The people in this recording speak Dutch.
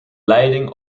leiding